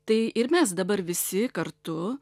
tai ir mes dabar visi kartu